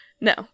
No